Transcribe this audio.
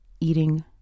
eating